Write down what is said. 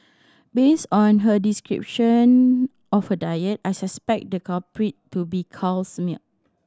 based on her description of her diet I suspected the culprit to be cow's milk